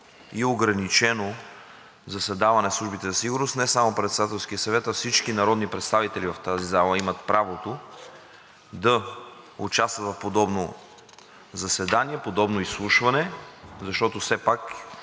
и ограничено заседаване със службите за сигурност. Не само Председателският съвет, а всички народни представители в тази зала имат правото да участват в подобно заседание, подобно изслушване, защото все пак